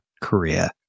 Korea